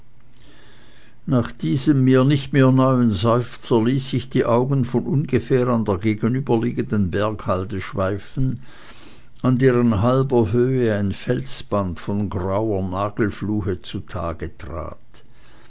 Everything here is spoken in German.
nach diesem mir nicht mehr neuen seufzer ließ ich die augen von ungefähr an der gegenüberliegenden berghalde schweifen an deren halber höhe ein felsband von grauer nagelfluhe zutage trat